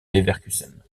leverkusen